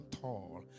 tall